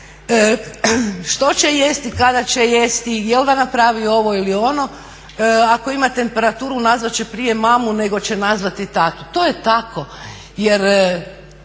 što će jesti, kada će jesti, jel da napravi ovo ili ono. Ako ima temperaturu nazvat će prije mamu nego će nazvati tatu. To je tako